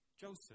Joseph